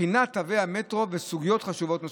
בחינת תוואי המטרו וסוגיות חשובות נוספות.